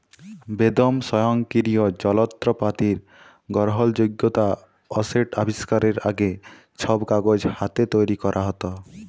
বেদম স্বয়ংকিরিয় জলত্রপাতির গরহলযগ্যতা অ সেট আবিষ্কারের আগে, ছব কাগজ হাতে তৈরি ক্যরা হ্যত